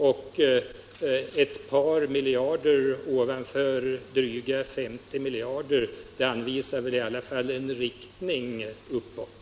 Och ett par miljarder ovanför dryga 50 miljarder anvisar väl i alla fall en riktning uppåt.